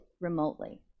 remotely